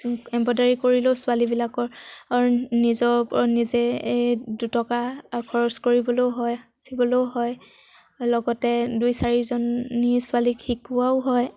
embroidery কৰিলেও ছোৱালীবিলাকৰ নিজৰ নিজে দুটকা খৰচ কৰিবলৈয়ো হয় সাঁচিবলৈয়ো হয় লগতে দুই চাৰিজনী ছোৱালীক শিকোৱাও হয়